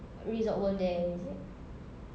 resort world there is it